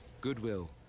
Goodwill